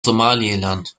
somaliland